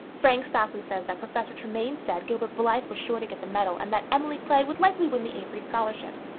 frank stockley says that professor tremaine said gilbert blythe was sure to get the medal and that emily clay would likely win the avery scholarship.